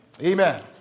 Amen